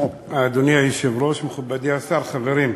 אדוני היושב-ראש, מכובדי השר, חברים,